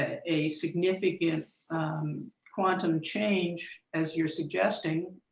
ah a significant quantum change as you're suggesting,